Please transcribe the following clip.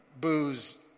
booze